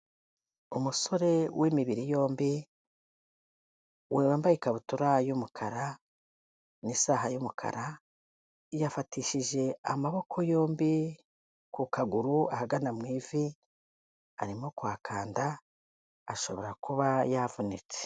Umusore w'imibiri yombi, wambaye ikabutura y'umukara n'isaha y'umukara, yafatishije amaboko yombi ku kaguru ahagana mu ivi, arimo kuhakanda, ashobora kuba yavunitse.